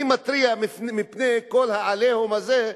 אני מתריע מפני כל ה"עליהום" הזה,